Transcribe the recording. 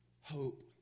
Hope